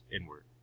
inward